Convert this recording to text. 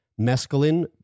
mescaline